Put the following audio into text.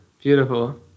Beautiful